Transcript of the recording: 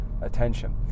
attention